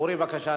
אורי, בבקשה.